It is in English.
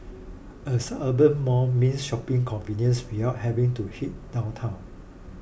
a suburban mall means shopping convenience without having to head downtown